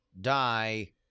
die